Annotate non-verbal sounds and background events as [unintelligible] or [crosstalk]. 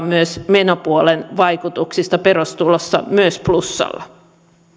[unintelligible] myös menopuolen vaikutuksista perustulossa myös plussalla